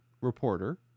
reporter